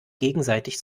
gegenseitig